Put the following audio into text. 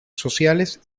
sociales